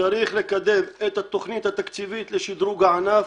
צריך לקדם את התוכנית התקציבית לשדרוג הענף,